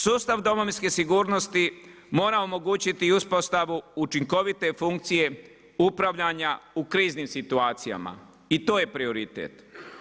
Sustav Domovinske sigurnosti mora omogućiti i uspostavu učinkovite funkcije upravljanja u kriznim situacijama, i to je prioritet.